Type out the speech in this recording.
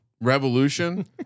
revolution